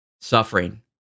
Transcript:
suffering